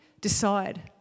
decide